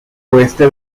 oeste